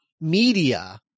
media